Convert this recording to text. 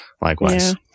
Likewise